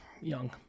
young